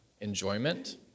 enjoyment